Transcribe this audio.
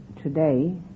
today